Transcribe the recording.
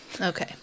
okay